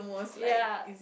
ya